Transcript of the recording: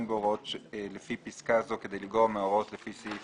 אין בהוראות לפי פסקה זו כדי לגרוע מההוראות לפי סעיף